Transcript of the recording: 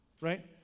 Right